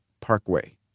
Parkway